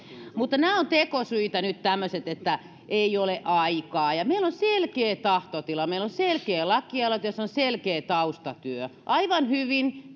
nämä ovat tekosyitä nyt tämmöiset että ei ole aikaa meillä on selkeä tahtotila meillä on selkeä lakialoite jossa on selkeä taustatyö aivan hyvin